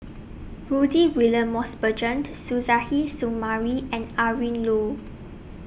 Rudy William Mosbergen Suzairhe Sumari and Adrin Loi